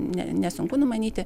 nesunku numanyti